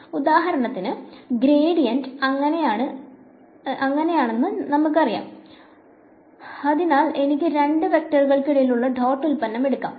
ഉദാഹരണത്തിന് ഉദാഹരണത്തിന് ഗ്രേഡിയന്റ് അങ്ങനെയാണെന്ന് ഞങ്ങൾക്ക് അറിയാം അതിനാൽ എനിക്ക് രണ്ട് വെക്റ്ററുകൾക്കിടയിലുള്ള ഡോട്ട് ഉൽപ്പന്നം എടുക്കാം